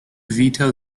veto